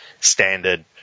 standard